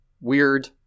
weird